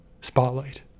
spotlight